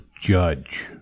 judge